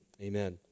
Amen